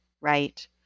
right